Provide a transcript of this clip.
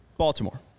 Baltimore